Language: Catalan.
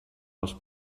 als